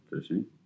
fishing